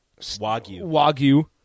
Wagyu